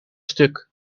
stuk